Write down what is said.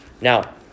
Now